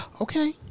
Okay